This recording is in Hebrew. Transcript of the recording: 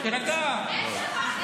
תירגע,